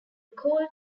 call